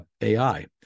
AI